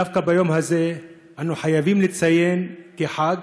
דווקא את היום הזה אנו חייבים לציין כחג,